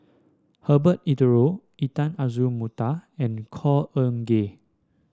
Herbert Eleuterio Intan Azura Mokhtar and Khor Ean Ghee